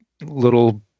little